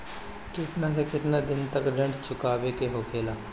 केतना से केतना दिन तक ऋण चुकावे के होखेला?